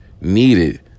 needed